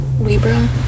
Libra